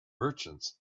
merchants